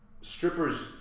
strippers